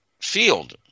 field